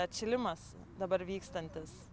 atšilimas dabar vykstantis